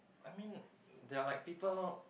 I mean there are like people